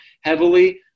heavily